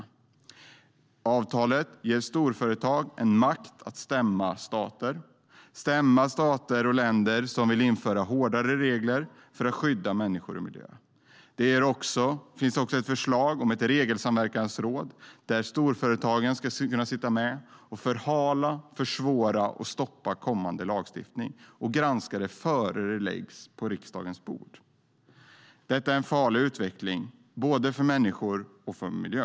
Avtalet ger storföretag makt att stämma stater som vill införa hårdare regler för att skydda människor och miljö. Det finns också ett förslag om ett regelsamverkansråd där storföretagen ska kunna sitta med och förhala, försvåra och stoppa kommande lagstiftning och granska den innan den läggs på riksdagens bord. Detta är en farlig utveckling, både för människor och för miljö.